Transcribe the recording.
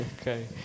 Okay